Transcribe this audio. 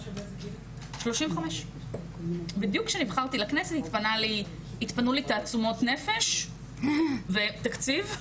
בדיוק כשנבחרתי לכנסת התפנו לי תעצומות נפש ותקציב,